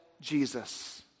Jesus